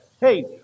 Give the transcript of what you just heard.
hey